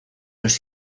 los